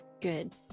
Good